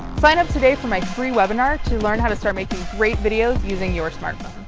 sign up today for my free webinar to learn how to start making great videos using your smartphone!